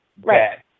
Right